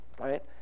right